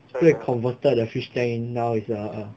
need to converted the fish tank now is err